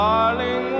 Darling